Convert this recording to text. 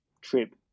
trip